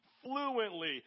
fluently